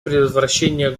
предотвращения